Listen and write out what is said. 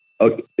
Okay